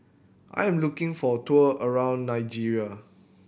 I am looking for a tour around Niger